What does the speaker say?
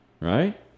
Right